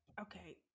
Okay